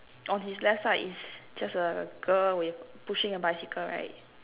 on his left side is just a girl with pushing a bicycle right